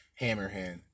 Hammerhand